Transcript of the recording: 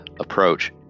approach